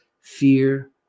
Fear